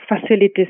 facilities